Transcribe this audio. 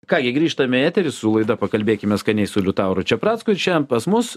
ką gi grįžtame į eterį su laida pakalbėkime skaniai su liutauru čepracku ir šiandien pas mus